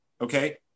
Okay